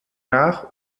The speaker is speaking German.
nach